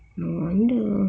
no wonder